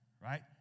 right